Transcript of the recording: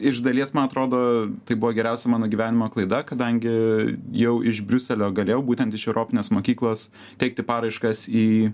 iš dalies man atrodo tai buvo geriausia mano gyvenimo klaida kadangi jau iš briuselio galėjau būtent iš europinės mokyklos teikti paraiškas į